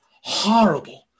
horrible